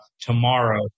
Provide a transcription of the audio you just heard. tomorrow